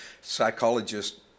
psychologist